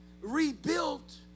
rebuilt